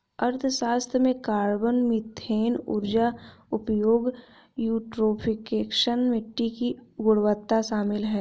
अर्थशास्त्र में carbon, methane ऊर्जा उपयोग, यूट्रोफिकेशन, मिट्टी की गुणवत्ता शामिल है